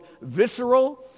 visceral